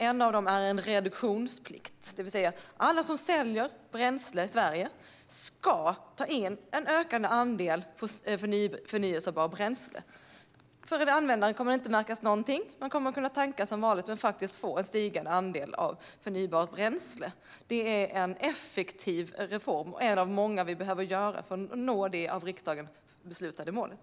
En av dem är en reduktionsplikt, det vill säga att alla som säljer bränsle i Sverige ska ta in en ökande andel förnybart bränsle. För användaren kommer det inte att märkas någonting. Man kommer att kunna tanka som vanligt men faktiskt få en stigande andel förnybart bränsle. Det är en effektiv reform och en av många vi behöver göra för att nå det av riksdagen beslutade målet.